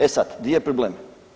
E sad, gdje je problem?